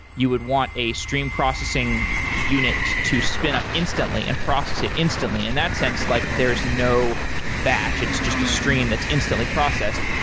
you would want an stream processing unit to spin up instantly and process it instantly. in that sense, like there's no batch. it's just a stream that's instantly processed.